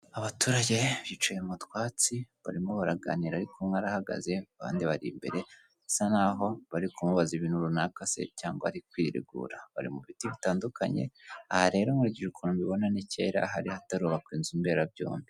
Abaturage bicaye mu twatsi, barimo baraganira ariko umwe arahagaze, abandi bari imbere, bisa n'aho bari kumubaza ibintu runaka se cyangwa ari kwiregura, bari mu biti bitandukanye, aha rero nkurikije ukuntu mbibona, ni kera hari hatarubakwa inzu mberabyombi.